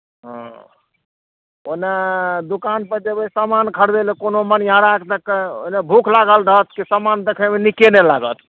हँ ओन्नै दोकानपर जएबै समान खरिदै ले कोनो मनिहाराके तऽ के ओन्नै भूख लागल रहत कि समान देखैमे निके नहि लागत